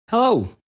Hello